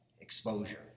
exposure